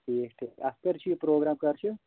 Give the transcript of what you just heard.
ٹھیٖک ٹھیٖک اَتھ کَر چھُ یہِ پرٛوگرام کَر چھُ